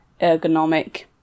ergonomic